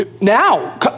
Now